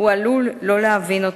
הוא עלול לא להבין.